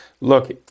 look